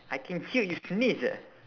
I can hear you sneeze eh